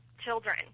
children